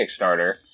Kickstarter